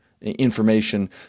information